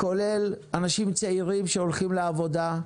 כולל אנשים צעירים שהולכים לעבודה,